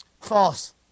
False